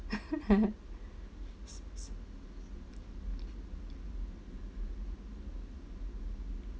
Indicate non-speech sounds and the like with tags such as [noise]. [laughs] [breath]